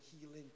healing